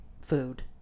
food